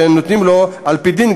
שנותנים על-פי דין,